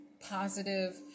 positive